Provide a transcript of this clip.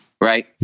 Right